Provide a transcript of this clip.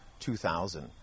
2000